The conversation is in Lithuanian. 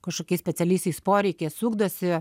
kažkokiais specialiaisiais poreikiais ugdosi